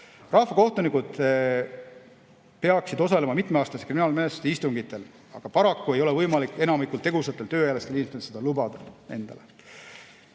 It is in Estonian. Rahvakohtunikud peaksid osalema mitmeaastaste kriminaalmenetluste istungitel, aga paraku ei ole võimalik enamikul tegusatel tööealistel inimestel seda endale